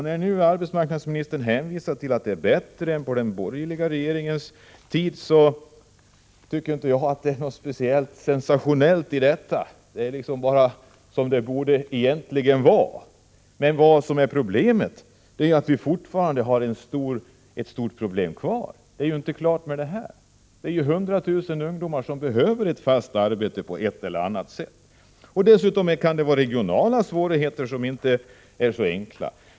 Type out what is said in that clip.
När nu arbetsmarknadsministern hänvisar till att det är bättre än på den borgerliga regeringens tid tycker inte jag att det är något speciellt sensationellt att så är fallet; det är bara som sig bör. Men vi har fortfarande ett stort problem kvar. Vi har ju hundratusen ungdomar som behöver ett fast arbete på ett eller annat sätt. Dessutom kan det finnas regionala svårigheter.